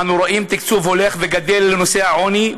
אנו רואים תקצוב הולך וגדל לנושא העוני,